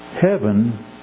Heaven